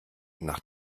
nach